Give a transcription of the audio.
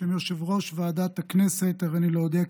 בשם יושב-ראש ועדת הכנסת הריני מודיע